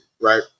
Right